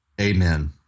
Amen